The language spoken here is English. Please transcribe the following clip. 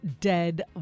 dead